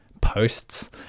posts